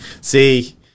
See